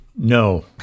no